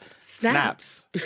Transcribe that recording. snaps